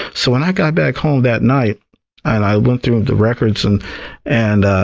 so when i got back home that night and i went through the records, and and i